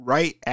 Right